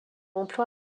emploi